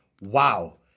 Wow